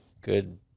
good